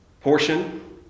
portion